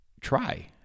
try